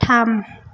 थाम